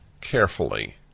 carefully